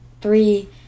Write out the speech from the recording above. three